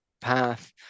path